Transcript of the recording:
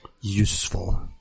useful